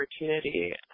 opportunity